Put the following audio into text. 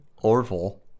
Orville